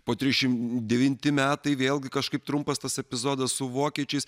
po trisdešimt devinti metai vėlgi kažkaip trumpas tas epizodas su vokiečiais